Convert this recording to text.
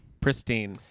pristine